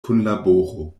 kunlaboro